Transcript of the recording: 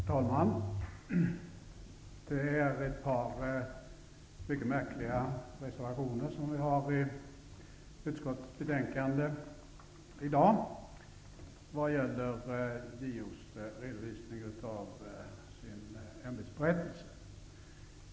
Herr talman! Det finns ett par mycket märkliga reservationer till det utskottsbetänkande vi i dag behandlar, som gäller JO:s redovisning av sin ämbetsberättelse.